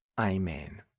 Amen